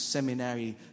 Seminary